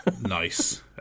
nice